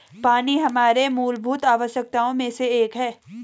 पानी हमारे मूलभूत आवश्यकताओं में से एक है